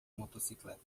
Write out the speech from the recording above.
motocicleta